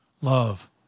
Love